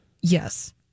Yes